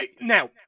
Now